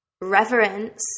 reverence